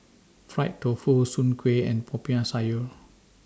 Fried Tofu Soon Kueh and Popiah Sayur